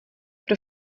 pro